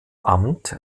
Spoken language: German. amt